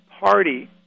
Party